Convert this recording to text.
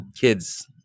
Kids